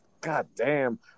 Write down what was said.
goddamn